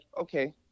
okay